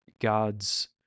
God's